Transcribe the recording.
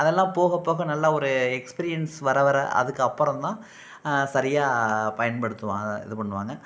அதெல்லாம் போகப் போக நல்லா ஒரு எக்ஸ்பீரியன்ஸ் வர வர அதுக்கப்புறம் தான் சரியாக பயன்படுத்துவா இது பண்ணுவாங்க